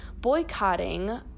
boycotting